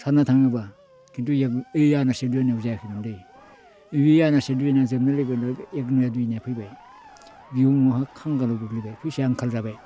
साननो थाङोब्ला खिन्थु ओइ आनासे दुय आनायाव जायाखैमोनदे बे आनासे दुय आना जोबनाय लोगो लोगोनो एगन'या दुयन'या फैबाय बिनि उनाव खांगालाव गोग्लैबाय फैसाया आंखाल जाबाय